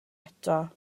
eto